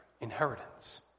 inheritance